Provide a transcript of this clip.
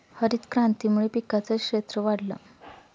हरितक्रांतीमुळे पिकांचं क्षेत्र वाढलं